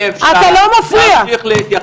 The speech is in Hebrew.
אי-אפשר להמשיך להתייחס --- אתה לא מפריע.